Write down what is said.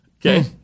Okay